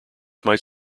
might